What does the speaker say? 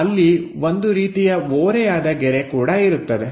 ಅಲ್ಲಿ ಒಂದು ರೀತಿಯ ಓರೆಯಾದ ಗೆರೆ ಕೂಡ ಇರುತ್ತದೆ